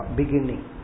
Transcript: beginning